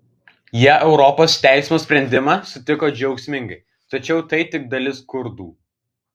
jie europos teismo sprendimą sutiko džiaugsmingai tačiau tai tik dalis kurdų